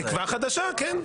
תקווה חדשה, כן.